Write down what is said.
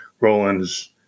Roland's